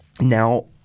Now